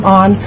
on